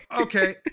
okay